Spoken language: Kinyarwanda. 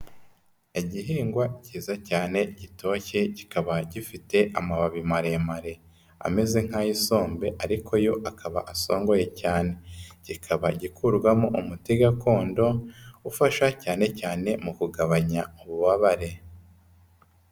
Igihingwa cyiza cyane gitoshye kikaba gifite amababi maremare. Ameze nk'ay'isombe ariko yo akaba asongoye cyane. Kikaba gikurwamo umuti gakondo ufasha cyane cyane mu kugabanya ububabare.